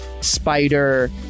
spider